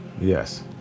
Yes